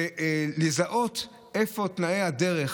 ולזהות איפה תנאי הדרך